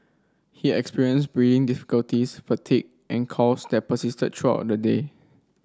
he experienced difficulties fatigue and coughs that persisted throughout the day